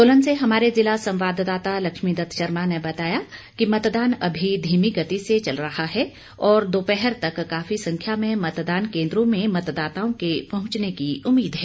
सोलन से हमारे जिला संवाददाता लक्ष्मी दत्त शर्मा ने बताया कि मतदान अभी धीमी गति से चल रहा है और दोपहर तक काफी संख्या में मतदान केंद्रों में मतदाताओं के पहुंचने की उम्मीद है